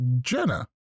Jenna